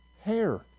Hair